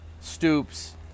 stoops